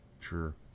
Sure